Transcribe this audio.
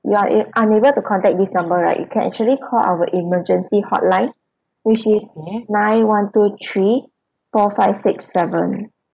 you are a~ unable to contact this number right you can actually call our emergency hotline which is nine one two three four five six seven